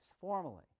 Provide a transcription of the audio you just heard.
formally